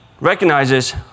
recognizes